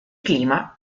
clima